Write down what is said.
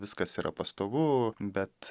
viskas yra pastovu bet